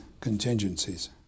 contingencies